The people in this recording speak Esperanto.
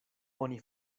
oni